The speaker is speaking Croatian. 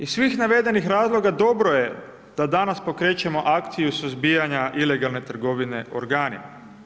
Iz svih navedenih razloga dobro je da danas pokrećemo akciju suzbijanja ilegalne trgovine organima.